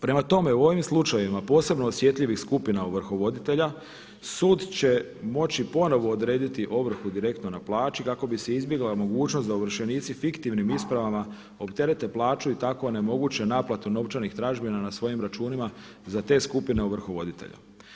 Prema tome, u ovim slučajevima posebno osjetljivih skupina ovrhovoditelja sud će moći ponovno odrediti ovrhu direktno na plaći kako bi se izbjegla mogućnost da ovršenici fiktivnim ispravama opterete plaću i tako onemoguće naplatu novčanih tražbina na svojim računima za te skupine ovrhovoditelja.